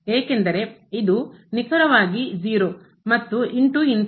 ಏಕೆಂದರೆ ಇದು ನಿಖರವಾಗಿ 0 ಮತ್ತು into